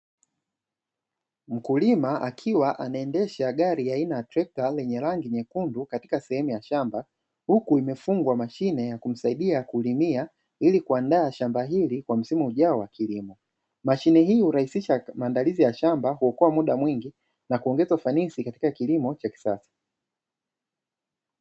Mkulima akiwa anaendesha gari aina ya trekta lenye rangi nyekundu katika sehemu ya shamba huku limefungwa mashine ya kumsaidia kulimia ili kuandaa shamba hili kwa msimu ujao wa kilimo. Mashine hii hurahisisha maandalizi ya shamba kuokoa muda mwingi na kuongeza ufanisis katika kilimo cha kisasa.